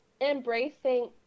embracing